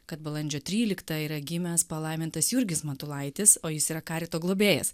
kad balandžio tryliktą yra gimęs palaimintas jurgis matulaitis o jis yra karito globėjas